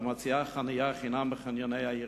ומציעה חנייה חינם בחניוני העירייה.